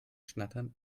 schnattern